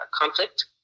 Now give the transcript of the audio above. conflict